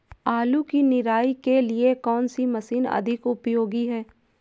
आलू की निराई के लिए कौन सी मशीन अधिक उपयोगी है?